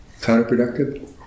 counterproductive